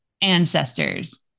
ancestors